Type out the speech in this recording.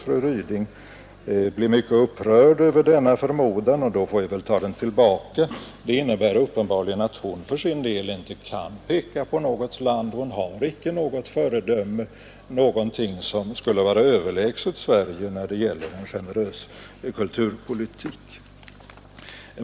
Fru Ryding blev mycket upprörd över denna förmodan, och då får vi väl ta den tillbaka. Det innebär uppenbarligen att hon för sin del inte kan peka på något land som är ett föredöme, något land som skulle vara överlägset Sverige när det gäller generös kulturpolitik.